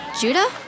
Judah